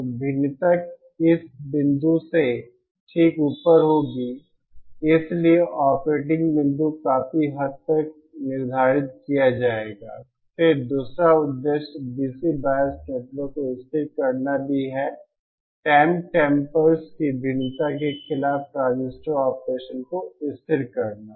तो भिन्नता इस बिंदु से ठीक ऊपर होगी इसलिए ऑपरेटिंग बिंदु को काफी हद तक निर्धारित किया जाएगा फिर दूसरा उद्देश्य डीसी बायस नेटवर्क को स्थिर करना भी है टेंप टेम्पर्स की भिन्नता के खिलाफ ट्रांजिस्टर ऑपरेशन को स्थिर करना